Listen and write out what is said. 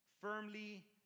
firmly